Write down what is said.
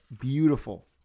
beautiful